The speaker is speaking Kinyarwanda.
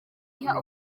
iha